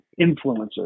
influencers